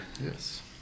Yes